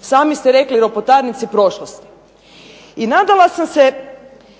Sami ste rekli, ropotarnici prošlosti. I nadala sam se